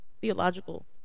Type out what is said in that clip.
theological